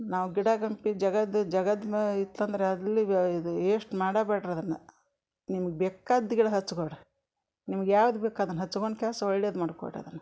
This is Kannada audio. ನಾವು ಗಿಡಗಂಟಿ ಜಾಗದ್ ಜಗದ್ಮ್ಯಾ ಇತ್ತಂದ್ರೆ ಅಲ್ಲಿ ಬ್ಯಾ ಇದು ಯೇಶ್ಟ್ ಮಾಡಬೇಡಿರಿ ಅದನ್ನು ನಿಮ್ಗೆ ಬೇಕಾದ ಗಿಡ ಹಚ್ಚಿಕೊಳ್ರಿ ನಿಮ್ಗೆ ಯಾವ್ದು ಬೇಕು ಅದನ್ನು ಹಚ್ಕೊಂಡ್ ಕೇಸ್ ಒಳ್ಳೇದು ಮಾಡಿಕೊಳ್ರಿ ಅದನ್ನು